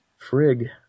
Frig